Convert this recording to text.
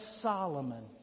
Solomon